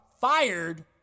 fired